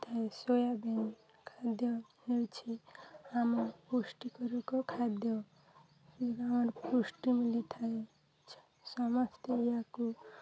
ଥାଏ ସୋୟାବିିନ୍ ଖାଦ୍ୟ ହେଉଛି ଆମ ପୁଷ୍ଟିକରକ ଖାଦ୍ୟ ଆମର ପୁଷ୍ଟି ମିିଳିଥାଏ ସମସ୍ତେ ଏହାକୁ